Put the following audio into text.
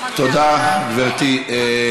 תודה, גברתי.